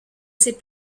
ses